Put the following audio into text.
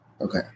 Okay